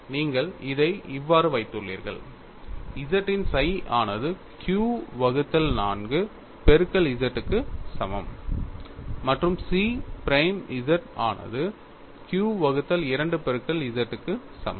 நீங்கள் இதை இவ்வாறு வைத்துள்ளேர்கள் z இன் psi ஆனது q வகுத்தல் 4 பெருக்கல் z க்கு சமம் மற்றும் chi பிரைம் z ஆனது q வகுத்தல் 2 பெருக்கல் z க்கு சமம்